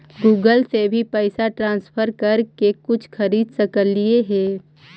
Google से भी पैसा ट्रांसफर कर के कुछ खरिद सकलिऐ हे?